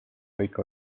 kõik